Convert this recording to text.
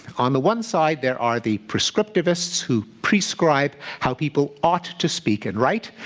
on the one side, there are the prescriptivists who prescribe how people ought to speak and write.